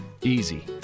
Easy